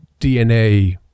DNA